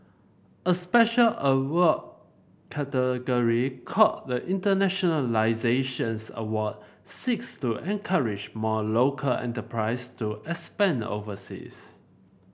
a special award category called the Internationalisation Award seeks to encourage more local enterprise to expand overseas